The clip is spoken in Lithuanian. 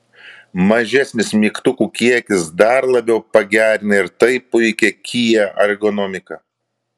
mažesnis mygtukų kiekis dar labiau pagerina ir taip puikią kia ergonomiką